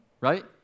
right